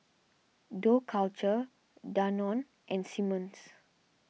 Dough Culture Danone and Simmons